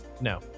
No